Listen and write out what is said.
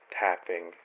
tapping